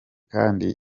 kandi